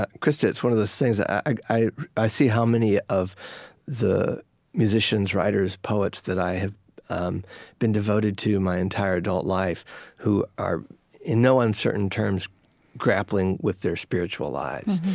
ah krista, it's one of those things. ah i i see how many of the musicians, writers, poets that i have um been devoted to my entire adult life who are in no uncertain terms grappling with their spiritual lives,